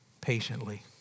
patiently